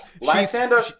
Lysander